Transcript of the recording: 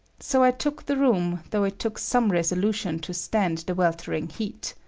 so i took the room though it took some resolution to stand the weltering heat.